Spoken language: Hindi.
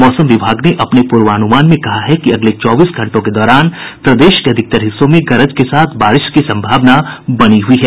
मौसम विभाग ने अपने पूर्वानुमान में कहा है कि अगले चौबीस घंटों के दौरान प्रदेश के अधिकतर हिस्सों में गरज के साथ बारिश की सम्भावना बनी हुई है